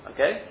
Okay